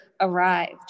arrived